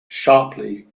sharply